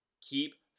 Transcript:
Keep